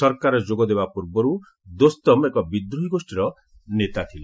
ସରକାରରେ ଯୋଗଦେବା ପୂର୍ବରୁ ଦୋସ୍ତମ ଏକ ବିଦ୍ରୋହୀ ଗୋଷ୍ଠୀର ନେତା ଥିଲେ